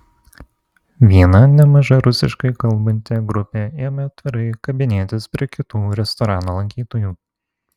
viena nemaža rusiškai kalbanti grupė ėmė atvirai kabinėtis prie kitų restorano lankytojų